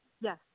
Yes